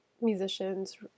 musicians